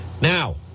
Now